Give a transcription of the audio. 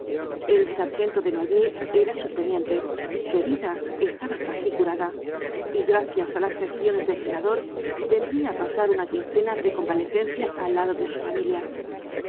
el sargento desnoyers era subteniente su herida estaba casi curada y gracias á las gestiones del senador vendría á pasar una quincena de convalecencia al lado de su familia